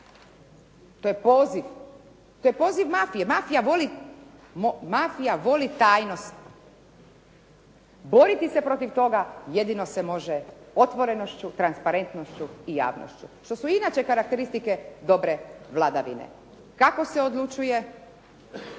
to je poziv, to je poziv mafije. Mafija voli tajnost. Boriti se protiv toga jedino se može otvorenošću, transparentnošću i javnošću, što su inače karakteristike dobre vladavine. Kako se odlučuje